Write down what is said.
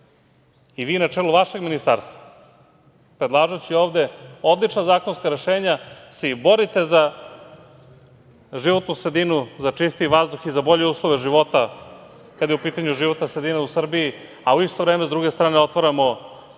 i vi na čelu vašeg Ministarstva predlažući ovde odlična zakonska rešenja se i borite za životnu sredinu, za čistiji vazduh i za bolje uslove života kada je u pitanju životna sredina u Srbiji, a u isto vreme, s druge strane otvaramo